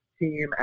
Team